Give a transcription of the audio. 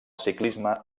ciclisme